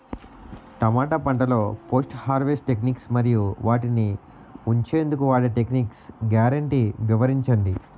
టమాటా పంటలో post harvest techniques మరియు వాటిని ఉంచెందుకు వాడే టెక్నిక్స్ గ్యారంటీ వివరించండి?